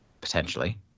Potentially